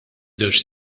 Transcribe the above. żewġ